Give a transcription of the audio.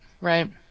right